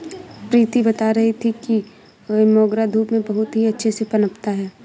प्रीति बता रही थी कि मोगरा धूप में बहुत ही अच्छे से पनपता है